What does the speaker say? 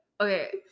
okay